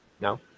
no